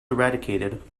eradicated